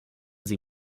sie